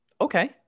Okay